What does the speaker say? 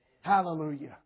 Hallelujah